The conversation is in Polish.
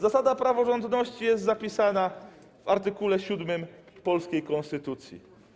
Zasada praworządności jest zapisana w art. 7 polskiej konstytucji.